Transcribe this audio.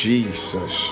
Jesus